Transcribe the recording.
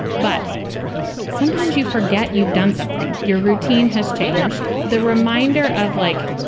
but sometimes you forget you've done something. your routine has changed. the reminder of like,